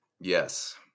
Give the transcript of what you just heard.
yes